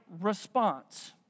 response